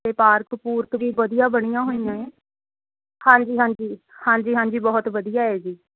ਅਤੇ ਪਾਰਕ ਪੂਰਕ ਜੀ ਵਧੀਆ ਬਣੀਆ ਹੋਈਆਂ ਹੈ ਹਾਂਜੀ ਹਾਂਜੀ ਹਾਂਜੀ ਹਾਂਜੀ ਬਹੁਤ ਵਧੀਆ ਹੈ ਜੀ